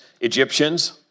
Egyptians